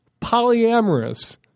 polyamorous